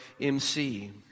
MC